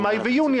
מאי ויוני,